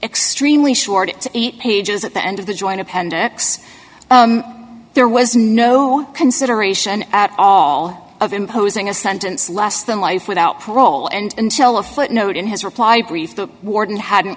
extremely short eight pages at the end of the joint appendix there was no consideration at all of imposing a sentence less than life without parole and until a footnote in his reply brief the warden hadn't